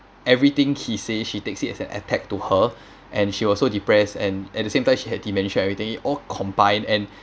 everything he say she takes it as an attack to her and she was so depressed and at the same time she had dementia everything all combined and